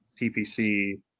TPC